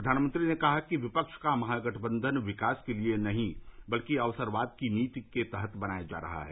प्रधानमंत्री ने कहा कि विपक्ष का महागठबंधन विकास के लिए नहीं बल्कि अवसरवाद की नीति के तहत बनाया जा रहा है